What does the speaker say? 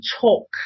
talk